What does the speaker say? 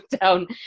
down